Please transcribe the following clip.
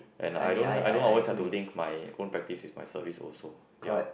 and I don't I don't always have to link my own practice with my service also ya